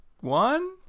one